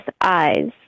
eyes